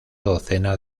docena